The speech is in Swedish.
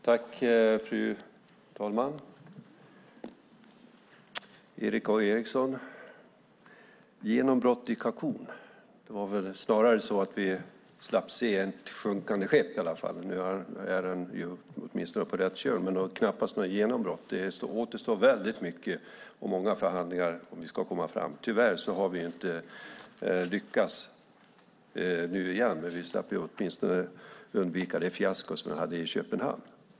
Fru talman! Genombrott i Cancún, sade Erik A Eriksson. Det var väl snarare så att vi slapp se ett sjunkande skepp - nu är det åtminstone på rätt köl. Men det var knappast något genombrott. Det återstår väldigt mycket och många förhandlingar om vi ska komma fram. Tyvärr har vi inte lyckats nu heller, men vi slapp åtminstone det fiasko som vi hade i Köpenhamn.